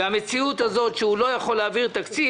המציאות הזאת שהוא לא מצליח להעביר תקציב